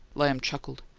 lamb chuckled.